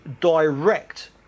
direct